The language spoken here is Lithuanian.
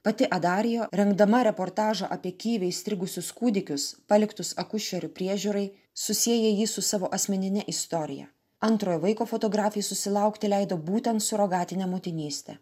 pati adarijo rengdama reportažą apie kijeve įstrigusius kūdikius paliktus akušerių priežiūrai susieja jį su savo asmenine istorija antrojo vaiko fotografei susilaukti leido būtent surogatinė motinystė